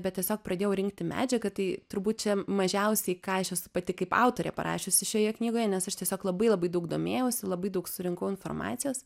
bet tiesiog pradėjau rinkti medžiagą tai turbūt čia mažiausiai ką aš esu pati kaip autorė parašiusi šioje knygoje nes aš tiesiog labai labai daug domėjausi labai daug surinkau informacijos